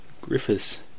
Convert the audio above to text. Griffiths